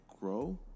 grow